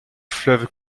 fleuve